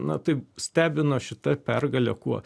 na tai stebino šita pergalė kuo